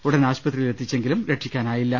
ഉടൻ ആശുപത്രിയിലെത്തിച്ചെങ്കിലും രക്ഷി ക്കാനായില്ല